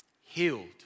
healed